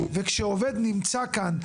וכשעובד נמצא כאן,